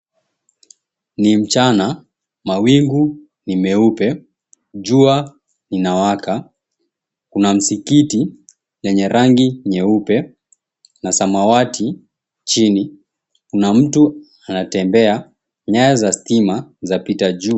Ni mchana, mawingu ni meupe, jua inawaka. Kuna msikiti lenye rangi nyeupe na samawati chini. Kuna mtu anatembea, nyaya za stima zapita juu.